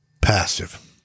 passive